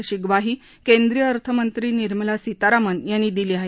अशी ग्वाही केंद्रीय अर्थमंत्री निर्मला सीतारामन यांनी दिली आहे